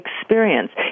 experience